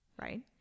right